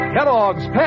Kellogg's